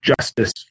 justice